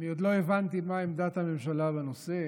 אני עוד לא הבנתי מה עמדת הממשלה בנושא.